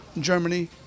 Germany